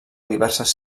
diverses